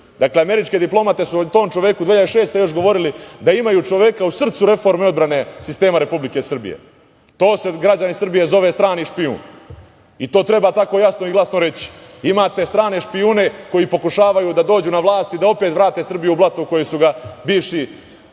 dakle, američke diplomate su o tom čoveku 2006. godine još govorili da imaju čoveka u srcu reforme i odbrane sistema Republike Srbije. To se građani Srbije zove strani špijun i to treba tako jasno i glasno reći - imate strane špijune koji pokušavaju da dođu na vlast i da opet vrate Srbiju u blato u koje su ga bivši